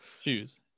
Shoes